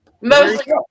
Mostly